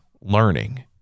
learning